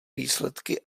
výsledky